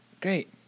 great